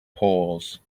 pours